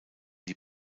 die